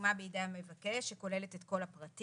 חתומה בידי המבקש שכוללת את כל הפרטים.